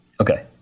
Okay